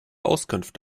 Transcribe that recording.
auskunft